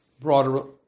broader